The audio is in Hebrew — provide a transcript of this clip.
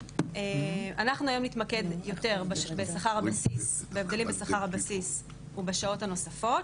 אנחנו היום נתמקד יותר בהבדלים בשכר הבסיס ובשעות הנוספות,